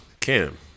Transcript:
Cam